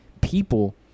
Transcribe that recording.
people